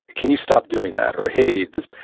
can you stop doing that? or hey, this,